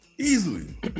Easily